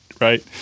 right